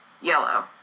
yellow